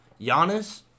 Giannis